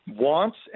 wants